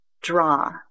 draw